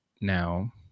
now